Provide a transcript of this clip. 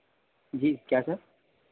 जी क्या सर